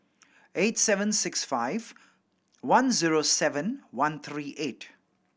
eight seven six five one zero seven one three eight